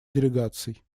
делегаций